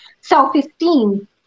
self-esteem